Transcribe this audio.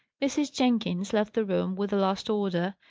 mrs. jenkins left the room with the last order,